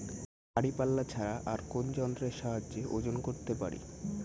দাঁড়িপাল্লা ছাড়া আর কোন যন্ত্রের সাহায্যে ওজন করতে পারি?